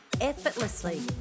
effortlessly